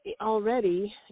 already